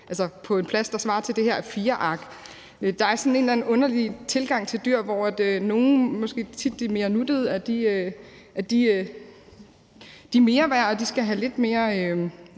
står på en plads, der svarer til det her A4-ark. Der er sådan en eller anden underlig tilgang til dyr, hvor nogle dyr – det er måske tit de mere nuttede – er mere værd og skal have en lidt bedre